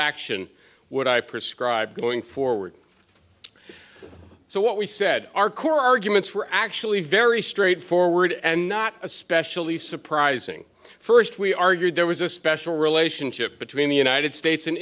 action would i prescribe going forward so what we said our core arguments were actually very straightforward and not especially surprising first we argued there was a special relationship between the united states